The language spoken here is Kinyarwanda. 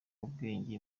ubwenge